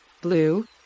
Blue